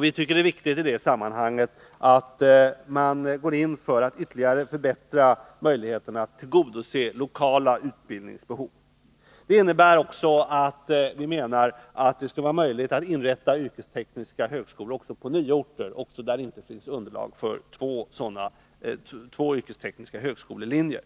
Vi tycker att det i sammanhanget är viktigt att man går in för att ytterligare förbättra möjligheterna att tillgodose lokala utbildningsbehov. Enligt vår mening bör det också vara möjligt att inrätta yrkestekniska högskolor på nya orter, även där det inte finns underlag för två yrkestekniska högskolelinjer.